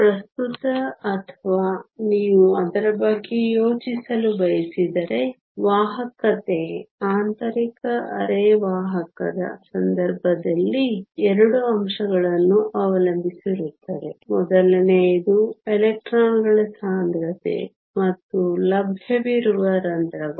ಪ್ರಸ್ತುತ ಅಥವಾ ನೀವು ಅದರ ಬಗ್ಗೆ ಯೋಚಿಸಲು ಬಯಸಿದರೆ ವಾಹಕತೆ ಆಂತರಿಕ ಅರೆವಾಹಕದ ಸಂದರ್ಭದಲ್ಲಿ ಎರಡು ಅಂಶಗಳನ್ನು ಅವಲಂಬಿಸಿರುತ್ತದೆ ಮೊದಲನೆಯದು ಎಲೆಕ್ಟ್ರಾನ್ಗಳ ಸಾಂದ್ರತೆ ಮತ್ತು ಲಭ್ಯವಿರುವ ರಂಧ್ರಗಳು